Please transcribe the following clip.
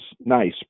nice